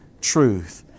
truth